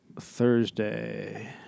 Thursday